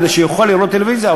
כדי שהוא יוכל לראות טלוויזיה.